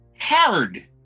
hard